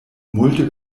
multe